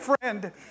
friend